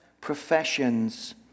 professions